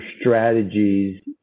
strategies